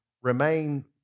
remain